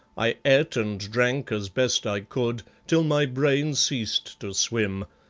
i ate and drank as best i could till my brain ceased to swim,